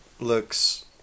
looks